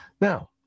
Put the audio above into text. Now